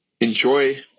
enjoy